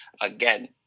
Again